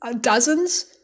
dozens